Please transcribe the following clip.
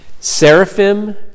seraphim